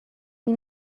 این